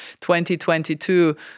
2022